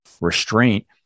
restraint